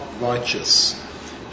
righteous